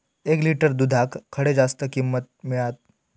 एक लिटर दूधाक खडे जास्त किंमत मिळात?